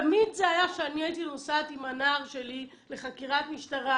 תמיד זה היה כשאני הייתי נוסעת עם הנער שלי לחקירת משטרה,